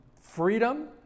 freedom